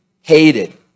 hated